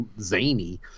zany